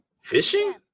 Fishing